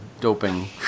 doping